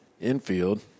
infield